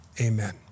Amen